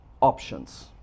options